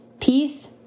Peace